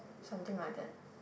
something like that